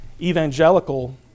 evangelical